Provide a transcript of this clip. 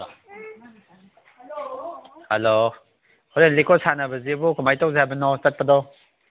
hello ꯍꯣꯔꯦꯟ ꯂꯤꯀꯣꯟ ꯁꯥꯟꯅꯕꯁꯤꯕꯨ ꯀꯃꯥꯏꯅ ꯇꯧꯁꯦ ꯍꯥꯏꯕꯅꯣ ꯆꯠꯄꯗꯣ